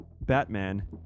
Batman